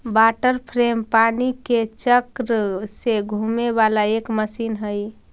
water frame पानी के चक्र से घूमे वाला एक मशीन हई